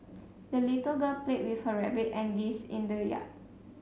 the little girl played with her rabbit and geese in the yard